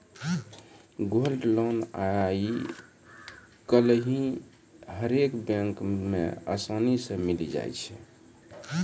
gold loan आइ काल्हि हरेक बैको मे असानी से मिलि जाय छै